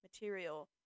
material